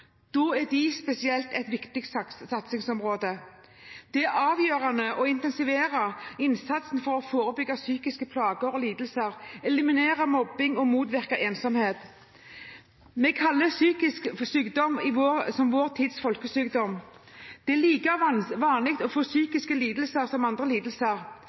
Da er de spesielt et viktig satsingsområde. Det er avgjørende å intensivere innsatsen for å forebygge psykiske plager og lidelser, eliminere mobbing og motvirke ensomhet. Vi kaller psykisk sykdom vår tids folkesykdom. Det er like vanlig å få psykiske lidelser som andre lidelser.